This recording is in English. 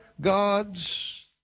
God's